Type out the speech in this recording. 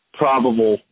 probable